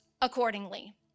accordingly